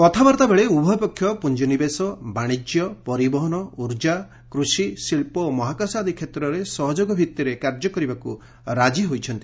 କଥାବାର୍ତ୍ତା ବେଳେ ଉଭୟ ପକ୍ଷ ପୁଞ୍ଜି ନିବେଶ ବାଣିଜ୍ୟ ପରିବହନ ଉର୍ଜା କୃଷି ଶିଳ୍ପ ଓ ମହାକାଶ ଆଦି କ୍ଷେତ୍ରରେ ସହଯୋଗଭିଭିରେ କାର୍ଯ୍ୟ କରିବାକୁ ରାଜି ହୋଇଛନ୍ତି